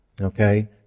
Okay